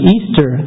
Easter